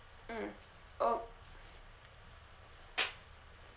mm